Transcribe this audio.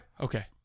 Okay